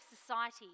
society